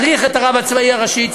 צריך את הרב הצבאי הראשי,